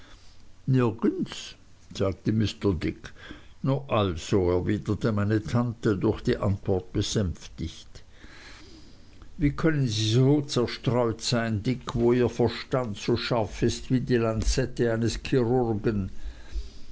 nirgends sagte mr dick no also erwiderte meine tante durch die antwort besänftigt wie können sie so zerstreut sein dick wo ihr verstand so scharf ist wie die lanzette eines chirurgen